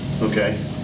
Okay